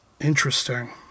Interesting